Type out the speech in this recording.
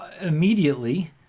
immediately